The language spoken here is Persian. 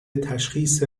تشخیص